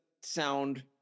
sound